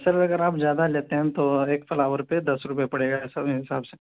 سر اگر آپ زیادہ لیتے ہیں تو ایک فلاور پہ دس روپے پڑے گا ایسا میرے حساب سے